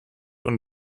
und